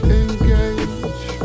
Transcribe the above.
engage